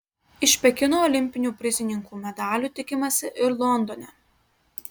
iš pekino olimpinių prizininkų medalių tikimasi ir londone